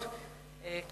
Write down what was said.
שלי?